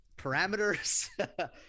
parameters